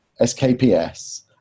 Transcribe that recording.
SKPS